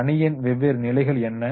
ஒரு அணியின் வெவ்வேறு நிலைகள் என்ன